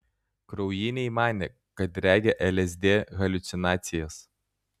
kraujiniai manė kad regi lsd haliucinacijas